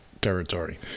territory